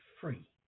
free